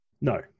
No